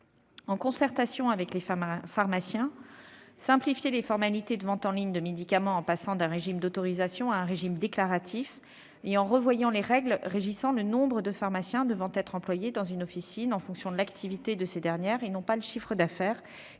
en concertation avec les pharmaciens, simplifier les formalités de vente en ligne de médicaments, en passant d'un régime d'autorisation à un régime déclaratif et en revoyant les règles qui régissent le nombre de pharmaciens devant être employés dans une officine en fonction de l'activité de cette dernière et non pas du chiffre d'affaires,